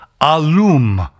alum